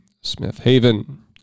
Smith-Haven